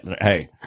hey